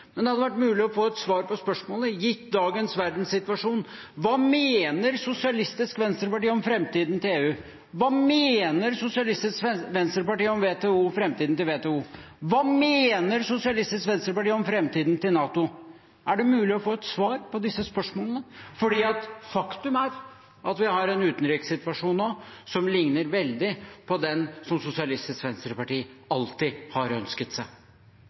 hadde det vært mulig å få et svar på spørsmålet: Gitt dagens verdenssituasjon, hva mener Sosialistisk Venstreparti om framtiden til EU? Hva mener Sosialistisk Venstreparti om framtiden til WTO? Hva mener Sosialistisk Venstreparti om framtiden til NATO? Er det mulig å få et svar på disse spørsmålene? Faktum er at vi nå har en utenrikssituasjon som ligner veldig på den Sosialistisk Venstreparti alltid har ønsket seg.